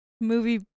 movie